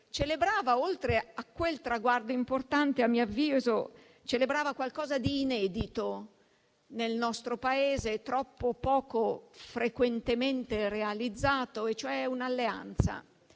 celebrava, oltre a quel traguardo importante, qualcosa di inedito nel nostro Paese e troppo poco frequentemente realizzato, e cioè un'alleanza